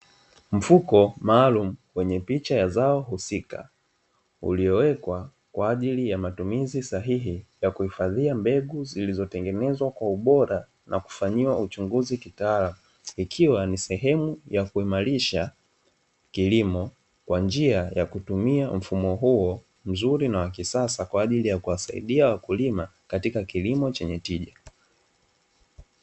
Mfuko maalumu wenye picha ya zao husika uliowekwa kwa ajili ya matumizi sahihi ya kuhifadhia mbegu zilizotengenezwa kwa ubora na kufanyiwa uchunguzi kitaalamu, ikiwa ni sehemu ya kuimarisha kilimo kwa njia ya kutumia mfumo huo mzuri na wa kisasa kwa ajili ya kuwasaidia wakulima katika kilimo chenye tija.